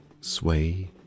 sway